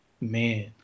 Man